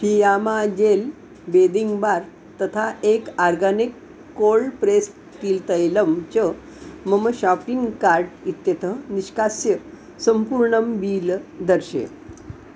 हियामा gel bathing bar तथा एकं organic cold pressed तिल् तैलं च मम शापिङ्ग् कार्ट् इत्यतः निष्कास्य सम्पूर्णं बील दर्शय